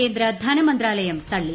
കേന്ദ്രധനമന്ത്രാലയം തള്ളി